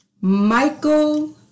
Michael